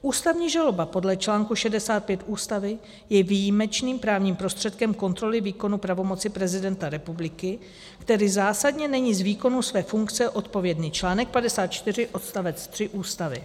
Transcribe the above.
Ústavní žaloba podle článku 65 Ústavy je výjimečným právním prostředkem kontroly výkonu pravomoci prezidenta republiky, který zásadně není z výkonu své funkce odpovědný článek 54 odst. 3 Ústavy.